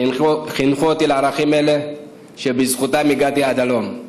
שחינכו אותי לערכים אלו שבזכותם הגעתי עד הלום,